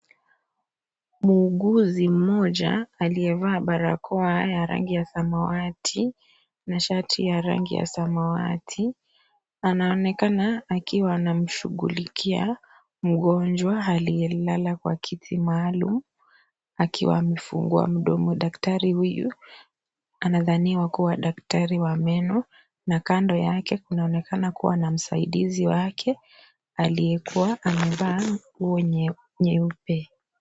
Mwuguzi mmoja aliyevaa barakoa ya rangi ya samawati na shati ya rangi ya samawati anaonekana akiwa anamshughulikia mgonjwa aliyelala kwa kiti maalum akiwa amefungua mdomo. Daktari huyu anadhaniwa kuwa daktrai wa meno na kando yake kunaonekana kuwa na msaidizi wake aliyekuwa amevaa nguo nyeupe.